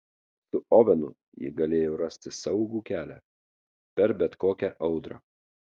su ovenu ji galėjo rasti saugų kelią per bet kokią audrą